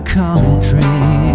country